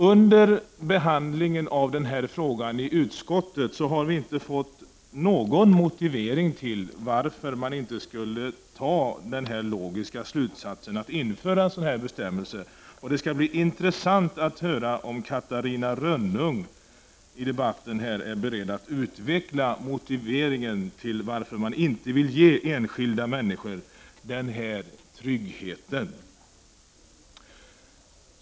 Under behandlingen av denna fråga i utskottet har vi inte fått någon motivering till att man inte drar den logiska slutsatsen att införa en sådan bestämmelse i förvaltningslagen. Det skall bli intressant att lyssna till Catarina Rönnung i debatten och få veta om hon är beredd att utveckla motiveringen till att man inte vill ge enskilda människor den här tryggheten.